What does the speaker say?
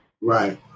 Right